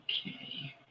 Okay